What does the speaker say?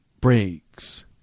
breaks